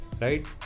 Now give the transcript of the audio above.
Right